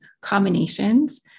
combinations